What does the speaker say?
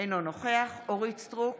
אינו נוכח אורית מלכה סטרוק,